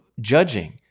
judging